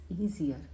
easier